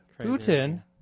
Putin